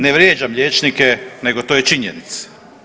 Ne vrijeđam liječnike nego to je činjenica.